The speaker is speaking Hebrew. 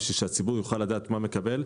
כדי שהציבור יוכל לדעת מה הוא מקבל,